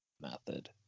method